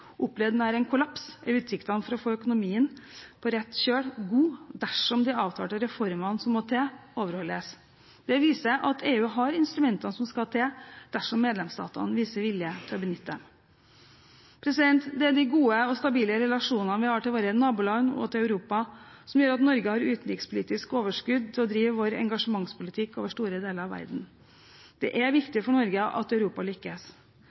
en kollaps, er utsiktene til å få økonomien på rett kjøl gode dersom de avtalte reformene som må til, overholdes. Det viser at EU har instrumentene som skal til, dersom medlemsstatene viser vilje til å benytte dem. Det er de gode og stabile relasjonene vi har til våre naboland og til Europa, som gjør at Norge har utenrikspolitisk overskudd til å drive sin engasjementspolitikk over store deler av verden. Det er viktig for Norge at Europa lykkes.